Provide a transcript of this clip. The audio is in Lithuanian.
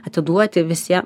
atiduoti visie